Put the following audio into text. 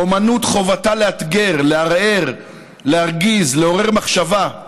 אומנות, חובתה לאתגר, לערער, להרגיז, לעורר מחשבה.